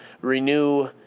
renew